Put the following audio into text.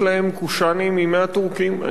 יש להם קושאנים מימי הטורקים,